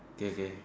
okay okay